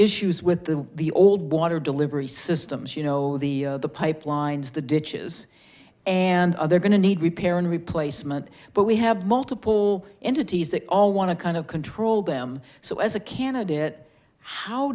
issues with the the old water delivery systems you know the pipelines the ditches and they're going to need repair and replacement but we have multiple entities that all want to kind of control them so as a candidate how